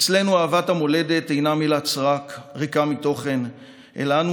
אצלנו אהבת המולדת אינה מילת סרק ריקה מתוכן אלא אנו